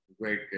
great